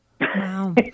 Wow